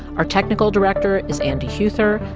our technical director is andy huether,